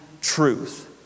truth